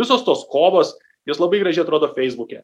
visos tos kovos jos labai gražiai atrodo feisbuke